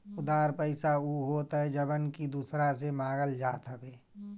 उधार पईसा उ होत हअ जवन की दूसरा से मांगल जात हवे